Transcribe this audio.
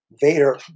Vader